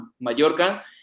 Mallorca